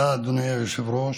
היושב-ראש.